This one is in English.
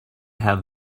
have